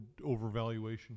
overvaluation